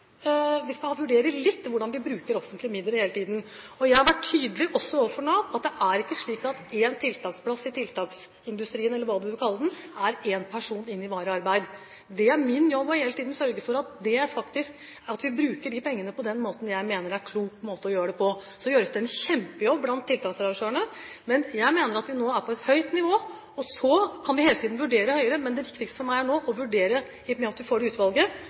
vi hele tiden skal vurdere hvordan vi bruker offentlige midler. Jeg har vært tydelig på, også overfor Nav, at det ikke er slik at én tiltaksplass i tiltaksindustrien – eller hva du vil kalle den – er én person inn i varig arbeid. Det er min jobb hele tiden å sørge for at vi bruker pengene på det jeg mener er en klok måte. Så gjøres det en kjempejobb blant tiltaksarrangørene. Jeg mener at vi nå er på et høyt nivå. Så kan vi hele tiden vurdere et høyere nivå, men det viktigste for meg nå, i og med at vi får det utvalget,